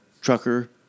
trucker